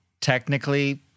technically